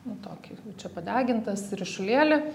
nu tokį jau čia padegintas ryšulėlį